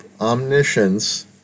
omniscience